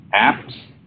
apps